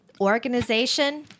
Organization